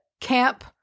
Camp